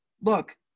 Look